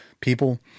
people